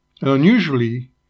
Unusually